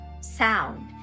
sound